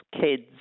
kids